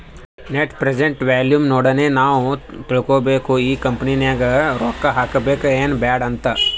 net present value ನೋಡಿನೆ ನಾವ್ ತಿಳ್ಕೋಬೇಕು ಈ ಕಂಪನಿ ನಾಗ್ ರೊಕ್ಕಾ ಹಾಕಬೇಕ ಎನ್ ಬ್ಯಾಡ್ ಅಂತ್